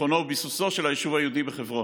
ביטחונו וביסוסו של היישוב היהודי בחברון.